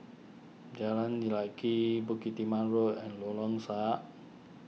Jalan Lye Kwee Bukit Timah Road and Lorong Sarhad